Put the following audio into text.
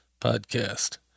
podcast